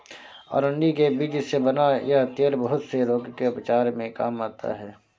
अरंडी के बीज से बना यह तेल बहुत से रोग के उपचार में काम आता है